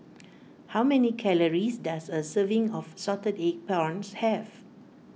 how many calories does a serving of Salted Egg Prawns have